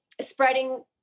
spreading